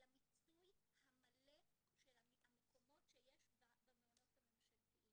למיצוי המלא של המקומות שיש במעונות הממשלתיים.